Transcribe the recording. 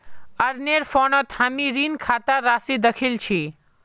अरनेर फोनत हामी ऋण खातार राशि दखिल छि